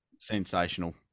Sensational